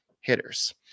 hitters